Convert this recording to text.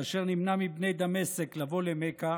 כאשר נמנע מבני דמשק לבוא למכה,